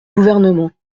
gouvernement